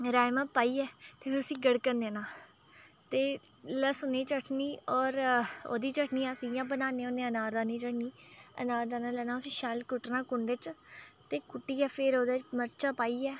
राज़मा पाइयै ते फिर उसी गड़कन देना ते लस्सनै दी चटनी होर ओह्दी चटनी अस इ'यां बनाने होन्ने आं अनारदाने दी चटनी अनारदाना लैना उसी शैल कुट्टना कुंढे च ते कुट्टियै ते फेर ओह्दे च मरचां पाइयै